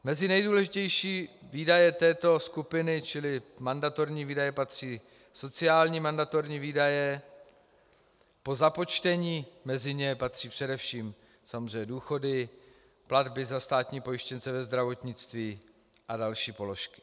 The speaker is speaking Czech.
Mezi nejdůležitější výdaje této skupiny, čili mandatorní výdaje, patří sociální mandatorní výdaje, mezi ně patří především důchody, platby za státní pojištěnce ve zdravotnictví a další položky.